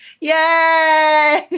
Yay